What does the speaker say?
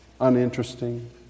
uninteresting